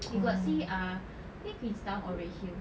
you got see uh is it Gueenstown or Redhill